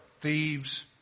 thieves